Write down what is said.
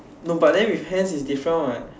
no but then with hands is different what